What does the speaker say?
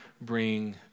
bring